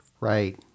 Right